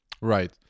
Right